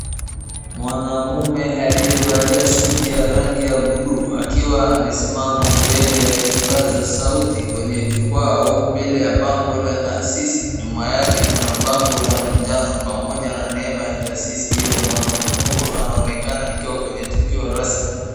Mwanamume aliyevalia suti ya rangi ya buluu akiwa amesimama mbele ya kipaza sauti kwenye jukwaa au mbele ya bango la taasisi, nyuma yake kuna bango la manjano pamoja na neema ya taasisi hiyo mwanaume huyu anaonekana akiwa kwenye tukio rasmi.